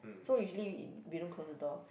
so usually we don't close the door